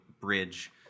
bridge